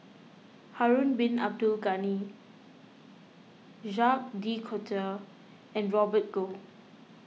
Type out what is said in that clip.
Harun Bin Abdul Ghani Jacques De Coutre and Robert Goh